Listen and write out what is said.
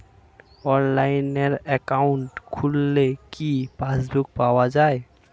অনলাইনে একাউন্ট খুললে কি পাসবুক পাওয়া যায়?